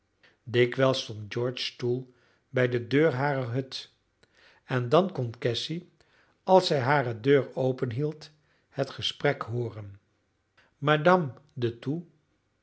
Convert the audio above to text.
dikwijls stond george's stoel bij de deur harer hut en dan kon cassy als zij hare deur openliet het gesprek hooren madame de thoux